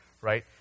right